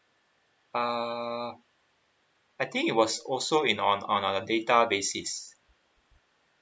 err I think it was also in on on a data basis